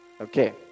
Okay